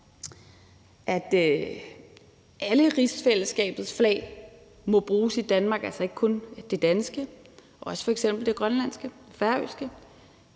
at alle rigsfællesskabets flag må bruges i Danmark, altså ikke kun det danske, men også f.eks. det grønlandske og færøske.